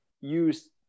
use